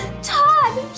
Todd